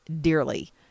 dearly